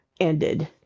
ended